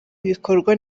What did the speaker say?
ibikorwa